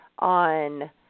On